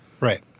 Right